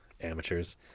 Amateurs